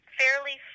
fairly